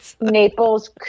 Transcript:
Naples